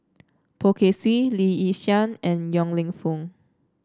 Poh Kay Swee Lee Yi Shyan and Yong Lew Foong